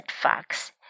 Fox